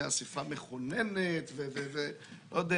אסיפה מכוננת וכו',